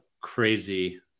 crazy